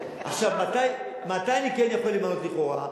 עכשיו, מתי אני כן יכול למנות לכאורה?